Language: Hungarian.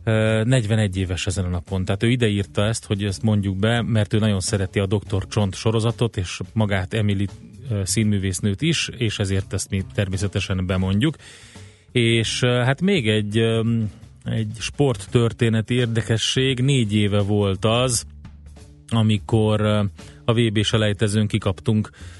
Ö, 41 éves ezen a napon. Tehát ő ide írta ezt, hogy ezt mondjuk be, mert ő nagyon szereti a Dr. Csont sorozatot, és magát, Emily, ö, színművésznőt is, és ezért ezt mi természetesen bemondjuk. És, ö, hát még egy, ö, egy sporttörténeti érdekesség. Négy éve volt az, amikor, ö, a VB selejtezőn kikaptunk,